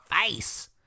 face